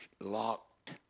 locked